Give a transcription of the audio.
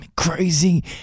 crazy